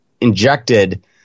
injected